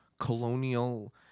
colonial